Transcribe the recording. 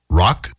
rock